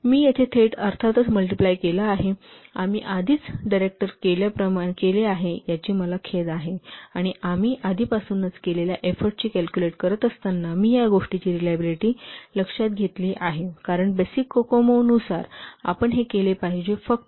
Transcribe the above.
आणि म्हणून मी थेट अर्थातच मल्टिप्लाय केला आहे आम्ही आधीच डायरेक्टर केले आहे आधीच मला खेद आहे की आम्ही आधीपासूनच केलेल्या एफोर्टची कॅल्कुलेट करत असताना मी या गोष्टीची रिलॅबिलिटी लक्षात घेतली आहे कारण बेसिक कोकोमो नुसार आपण हे केले पाहिजे फक्त 3